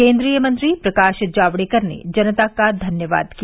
केन्द्रीय मंत्री प्रकाश जावडेकर ने जनता का धन्यवाद किया